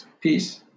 Peace